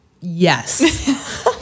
yes